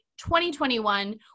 2021